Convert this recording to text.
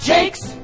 Jake's